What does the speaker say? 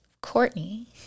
Courtney